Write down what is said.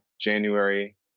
January